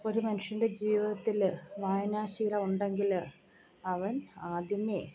ഒരു മനുഷ്യൻ്റെ ജീവിതത്തിൽ വായനാശീലം ഉണ്ടെങ്കിൽ അവൻ ആദ്യമേ